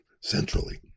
centrally